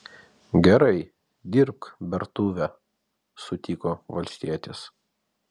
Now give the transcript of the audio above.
gerai dirbk bertuvę sutiko valstietis